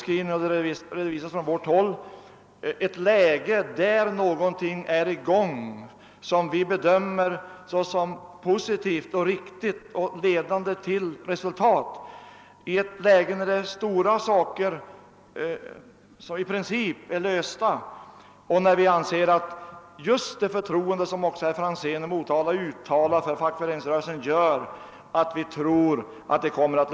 Vi har från vårt håll redovisat att någonting är på gång, som vi bedömer vara positivt och riktigt och ledande till ett resultat. Vi har talat om ett läge där stora frågor redan har blivit lösta i princip och där vi tror att just det förtroende som herr Franzén i Motala uttalade för fackföreningsrörelsen kan göra att problemen löses definitivt.